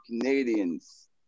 Canadians